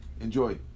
Enjoy